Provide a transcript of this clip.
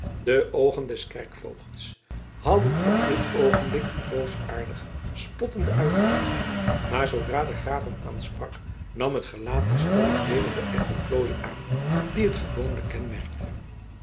de oogen des kerkvoogds hadden op dit oogenblik een boosaardig spottende uitdrukking maar zoodra de graaf hem aansprak nam het gelaat terstond weder de effen plooi aan die het gewoonlijk kenmerkte